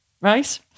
right